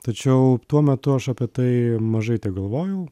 tačiau tuo metu aš apie tai mažai tegalvojau